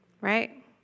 Right